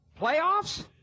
playoffs